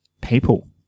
people